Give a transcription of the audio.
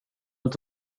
inte